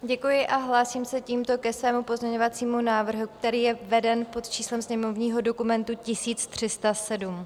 Děkuji a hlásím se tímto ke svému pozměňovacímu návrhu, který je veden pod číslem sněmovního dokumentu 1307.